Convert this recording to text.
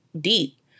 deep